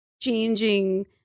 changing